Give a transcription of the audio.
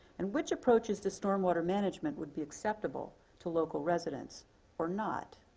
and which approaches to storm water management would be acceptable to local residents or not.